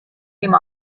came